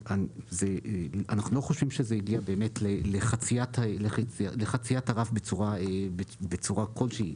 אנחנו לא חושבים שזה הגיע לחציית הרף בצורה כלשהי.